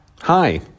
Hi